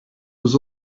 was